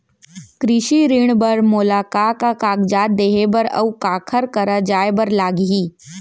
कृषि ऋण बर मोला का का कागजात देहे बर, अऊ काखर करा जाए बर लागही?